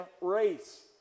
race